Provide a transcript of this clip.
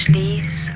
leaves